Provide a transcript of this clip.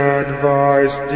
advice